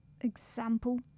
Example